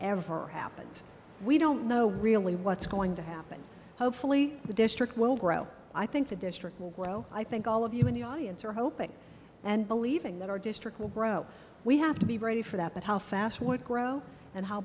ever happens we don't know what really what's going to happen hopefully the district will grow i think the district will grow i think all of you in the audience are hoping and believing that our district will grow we have to be ready for that but how fast would grow and how